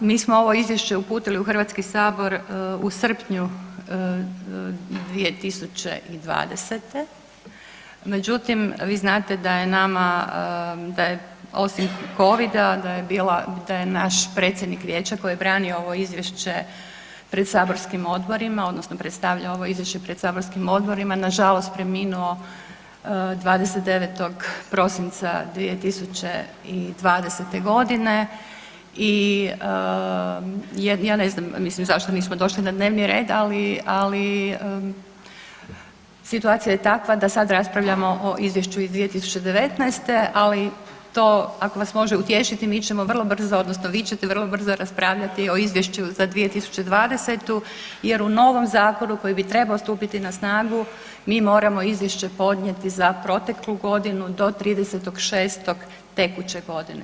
Pa mi smo ovo Izvješće uputili u HS u srpnju 2020., međutim, vi znate da je nama, da je osim Covida, da je bila, da je naš predsjednik Vijeća koji je branio ovo Izvješće pred saborskim odborima, odnosno predstavljao ovo Izvješće pred saborskim odborima, nažalost preminuo 29. prosinca 2020. g. i ja ne znam, mislim zašto nismo došli na dnevni red, ali situacija je takva da sad raspravljamo o Izvješću iz 2019., ali to, ako vas može utješiti, mi ćemo vrlo brzo, odnosno vi ćete vrlo brzo raspravljati o izvješću za 2020. jer u novom zakonu koji bi trebao stupiti na snagu mi moramo izvješće podnijeti za proteklu godinu do 30.6. tekuće godine.